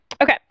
Okay